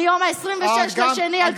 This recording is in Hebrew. מ-26 בפברואר 2020,